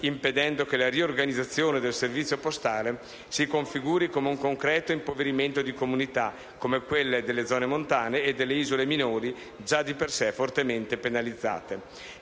impedendo che la riorganizzazione del servizio postale si configuri come un concreto impoverimento di comunità, come quello delle zone montane e delle isole minori, già di per sé fortemente penalizzate.